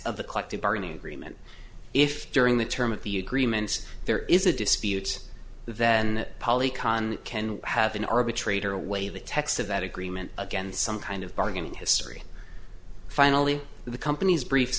of the collective bargaining agreement if during the term of the agreements there is a dispute then poly con can have an arbitrator away the text of that agreement again some kind of bargain in history finally the companies brief